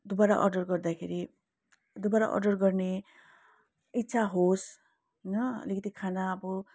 दुबारा अर्डर गर्दाखेरि दुबारा अर्डर गर्ने इच्छा होस् होइन अलिकति खाना अब